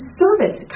service